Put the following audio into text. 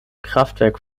kraftwerk